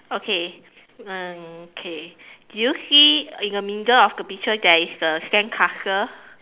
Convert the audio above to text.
okay uh okay do you see in the middle of the picture there is a sandcastle